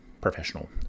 professional